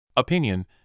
Opinion